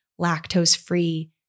lactose-free